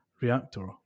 reactor